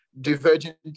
divergent